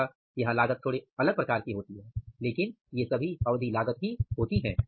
इसलिए यहां लागत थोड़े अलग प्रकार की होती है लेकिन ये सभी अवधि लागत ही होती हैं